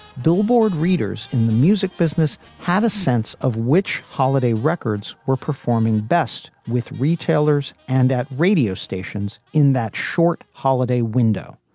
billboard readers in the music business had a sense of which holiday records were performing best with retailers and at radio stations in that short holiday window,